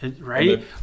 Right